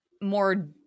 more